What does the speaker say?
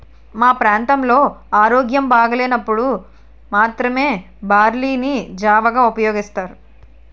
మా ప్రాంతంలో ఆరోగ్యం బాగోలేనప్పుడు మాత్రమే బార్లీ ని జావగా ఉపయోగిస్తారు